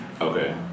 okay